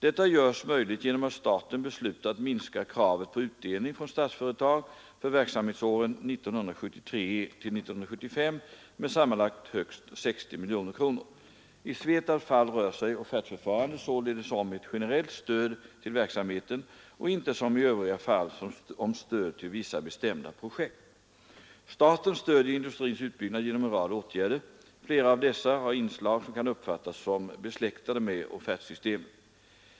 Detta görs möjligt genom att staten beslutat minska kravet på utdelning från Statsföretag för verksamhetsåren 1973-1975 med sammanlagt högst 60 miljoner kronor. I SVETAB:s fall rör sig offertförfarandet således om ett generellt stöd till verksamheten och inte som i övriga fall om stöd till vissa bestämda projekt. Staten stöder industrins utbyggnad genom en rad åtgärder. Flera av dessa har inslag som kan uppfattas som besläktade med offertsystemet.